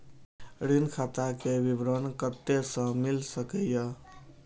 ऋण खाता के विवरण कते से मिल सकै ये?